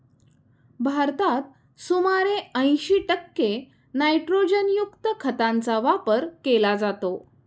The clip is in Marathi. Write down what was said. भारतात सुमारे ऐंशी टक्के नायट्रोजनयुक्त खतांचा वापर केला जातो